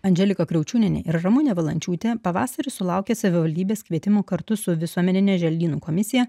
andželika kriaučiūnienė ir ramunė valančiūtė pavasarį sulaukė savivaldybės kvietimo kartu su visuomeninė želdynų komisiją